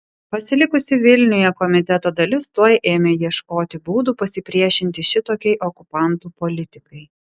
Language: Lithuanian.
pasilikusi vilniuje komiteto dalis tuoj ėmė ieškoti būdų pasipriešinti šitokiai okupantų politikai